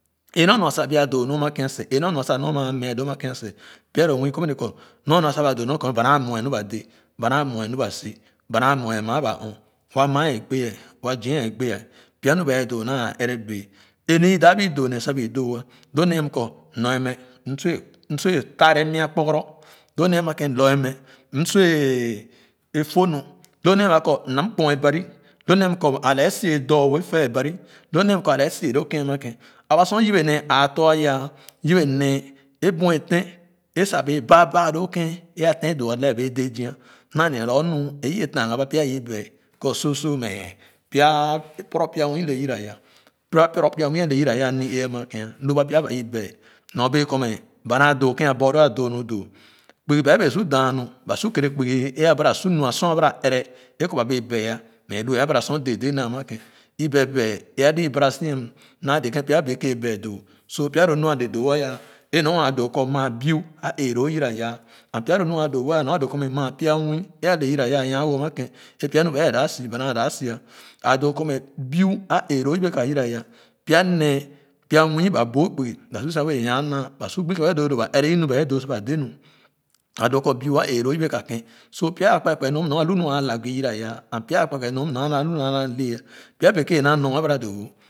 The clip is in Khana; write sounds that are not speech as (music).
E naa nu sa bia doo nu ama ken seh e naa nu kɔ nua ama mya doo ama ken seh pya lo nwii kɔ mɛ nu ba dé ba naa muɛ nu ba si ba naa muɛ maa ba ɔɔ wa maa é gbe a wa zia é gbè pya nu bae doo naa ɛrɛ bee e nu i dap bi doo ne sa bi doo lo nee kɔ nuɛ mɛ m su ah msua a tarre mya kpoguro lo nee a kɔ mna on kpoa bari lo nee ma kɔ ale a sia dɔɔ wɛɛ fɛ bari lo nee kɔ ale a soah lo ken ama ken aba sor yebe nee aa tɔ̃ ayah yebe é buɛteh e sa bee baabaa lo ken é a ten doo alɛɛ a bee dè zia naa le na lor nu e iye daga ba pya aibee kɔ sor sor mɛ pya (hesitation) pya poro pya nwii a yira ya a mi-ee lu ba pya a i bee norbee kɔ nɛ ba naa doo keh a borloo a do nu doo kpugi bee bee su daa nu ba su kɛɛrɛ kpugi baa bee su daa nu ba su kɛɛrɛ kpugi e a bara e kɔ ba e bee mɛ a lua a laba sor dede naa ma ken é beb beb é alii bara sia naa le ken pya beke bea doo so pya lo my ale doo-aya é mu a doo kɔ maa biu a eeloo yira yah and pya lo nu a doo-woo aya mora doo kɔ maa pya muii e ale yiraya a nwa-wo ama keh é pya nu be si be nan dap sia a doo kɔ mɛ biu a eeloo yeba ya pya nee pya nwii ba boo kpugi ba sor sia wɛɛ yaa naa ba su gbo ken bae doo sa ba de nu a doo kɔ biu a eeloo yebe ka keh so pya akpe akpe nor a lu nua a lap gi yora ya and pya akpe akpe mum é lu nu a naale pya beke ba naa nyor a bara doo-wo